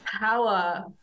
power